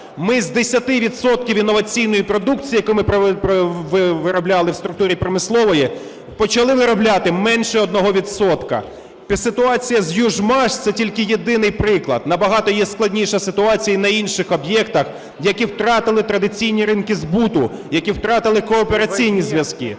відсотків інноваційної продукції, яку ми виробляли в структурі промислової, почали виробляти менше 1 відсотка. Ситуація з "Южмаш" – це тільки єдиний приклад. Набагато є складніша ситуація і на інших об'єктах, які втратили традиційні ринки збуту, які втратили коопераційні зв'язки.